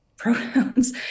pronouns